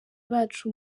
bacu